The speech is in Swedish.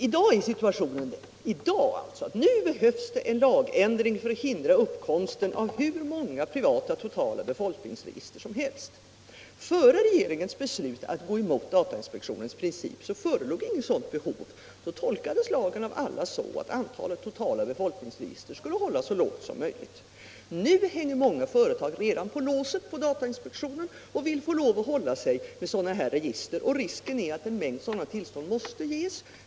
I dag är situationen den att nu behövs en lagändring för att hindra uppkomsten av hur många privata totala befolkningsregister som helst. Före regeringens beslut att gå emot datainspektionens princip förelåg inget sådant behov. Då tolkades lagen av alla så att antalet totala befolkningsregister skulle hållas så lågt som möjligt. Nu hänger många företag på låset till datainspektionen och vill få lov att hålla sig med sådana register. Risken är att en mängd sådana tillstånd måste ges.